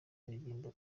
aririmba